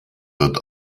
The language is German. wird